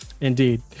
indeed